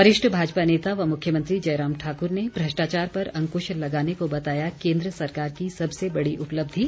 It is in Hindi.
वरिष्ठ भाजपा नेता व मुख्यमंत्री जयराम ठाकुर ने भ्रष्टाचार पर अंकुश लगाने को बताया केन्द्र सरकार की सबसे बड़ी उपलब्धि